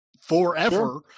forever